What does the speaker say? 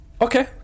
Okay